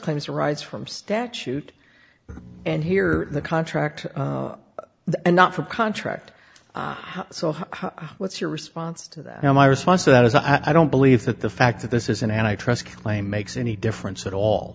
claims arise from statute and here the contract not for contract so what's your response to that now my response to that is i don't believe that the fact that this is an antitrust claim makes any difference at all